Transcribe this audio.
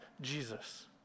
Jesus